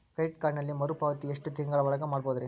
Credit ಕಾರ್ಡಿನಲ್ಲಿ ಮರುಪಾವತಿ ಎಷ್ಟು ತಿಂಗಳ ಒಳಗ ಮಾಡಬಹುದ್ರಿ?